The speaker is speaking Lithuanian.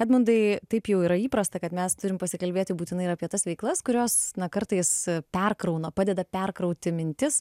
edmundai taip jau yra įprasta kad mes turim pasikalbėti būtinai ir apie tas veiklas kurios na kartais perkrauna padeda perkrauti mintis